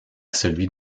celui